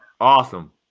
awesome